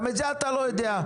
גם את זה אתה לא יודע,